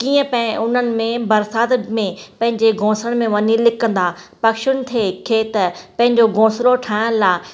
कीअं उन्हनि में बरसातुनि में पंहिंजे घौंसलनि में वञी लिकंदा पक्षियुनि खे खेत पंहिंजो घौंसलो ठाहिण लाइ